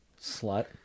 Slut